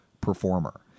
performer